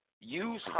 use